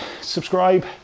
subscribe